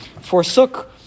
forsook